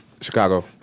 Chicago